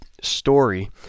story